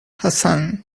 hassan